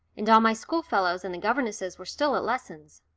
and all my schoolfellows and the governesses were still at lessons.